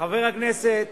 חבר הכנסת